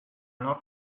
not